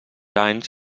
anys